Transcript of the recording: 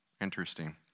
Interesting